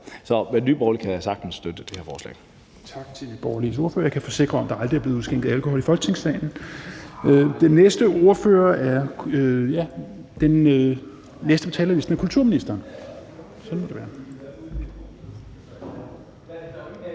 Men Nye Borgerlige kan da sagtens støtte det her forslag.